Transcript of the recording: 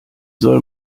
soll